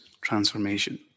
transformation